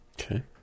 Okay